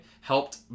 Helped